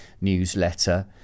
newsletter